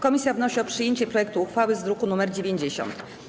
Komisja wnosi o przyjęcie projektu uchwały z druku nr 90.